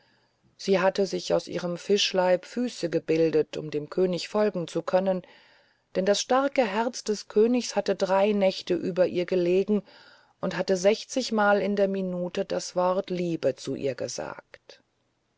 sie hatte sich aus ihrem fischleib füße gebildet um dem könig folgen zu können denn das starke herz des königs hatte drei nächte über ihr gelegen und hatte sechzigmal in der minute das wort liebe zu ihr gesagt